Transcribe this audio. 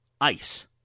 ice